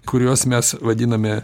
kuriuos mes vadiname